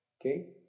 Okay